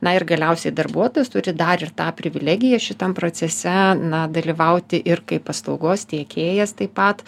na ir galiausiai darbuotojas turi dar ir tą privilegiją šitam procese na dalyvauti ir kaip paslaugos tiekėjas taip pat